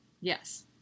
Yes